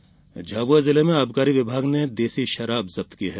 शराब जब्त झाबुआ जिले में आबकारी विभाग ने देशी शराब जब्त की है